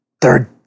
third